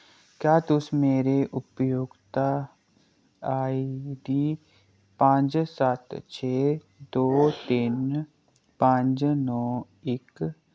क्या तुस मेरे उपयोक्ता आईडी पंज सत्त छे दो तिन्न पंज नौ इक